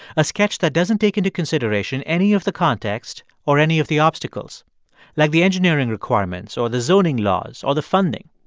a sketch that doesn't take into consideration any of the context or any of the obstacles like the engineering requirements or the zoning laws or the funding.